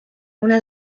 una